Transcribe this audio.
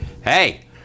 Hey